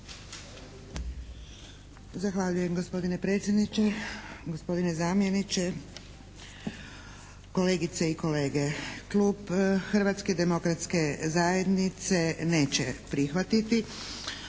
Zahvaljujem gospodine predsjedniče, gospodine zamjeniče, kolegice i kolege. Klub Hrvatske demokratske zajednice neće prihvatiti